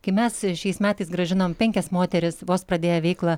kai mes šiais metais grąžinom penkias moteris vos pradėję veiklą